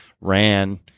ran